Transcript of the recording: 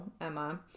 Emma